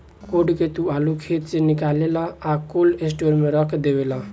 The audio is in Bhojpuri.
कोड के तू आलू खेत से निकालेलऽ आ कोल्ड स्टोर में रख डेवेलऽ